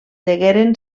degueren